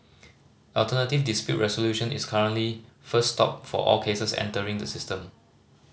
alternative dispute resolution is currently first stop for all cases entering the system